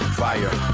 fire